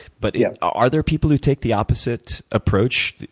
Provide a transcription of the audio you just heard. but yeah are there people who take the opposite approach,